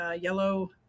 yellow